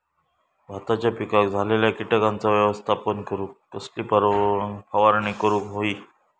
भाताच्या पिकांक झालेल्या किटकांचा व्यवस्थापन करूक कसली फवारणी करूक होई?